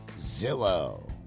Zillow